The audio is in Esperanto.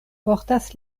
portas